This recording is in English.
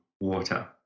water